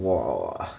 !wah! !wah!